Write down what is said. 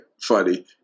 funny